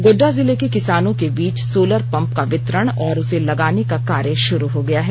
गोड़डा जिले के किसानों के बीच सोलर पंप का वितरण और उसे लगाने का कार्य शुरू हो गया है